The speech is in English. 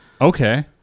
Okay